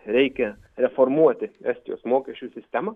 reikia reformuoti estijos mokesčių sistemą